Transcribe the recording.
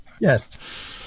Yes